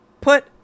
Put